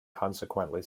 consequently